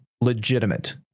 legitimate